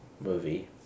movie